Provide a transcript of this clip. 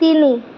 তিনি